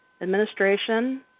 administration